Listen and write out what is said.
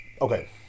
Okay